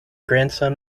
grandson